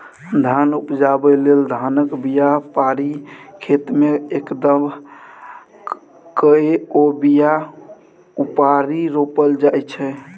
धान उपजाबै लेल धानक बीया पारि खेतमे कदबा कए ओ बीया उपारि रोपल जाइ छै